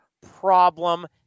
problem